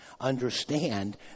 understand